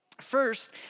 First